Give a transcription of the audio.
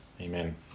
Amen